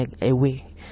away